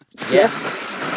Yes